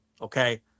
Okay